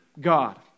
God